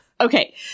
Okay